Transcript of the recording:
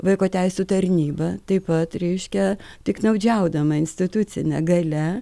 vaiko teisių tarnyba taip pat reiškia piktnaudžiaudama institucine galia